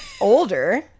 Older